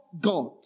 God